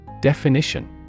Definition